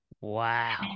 Wow